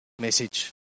message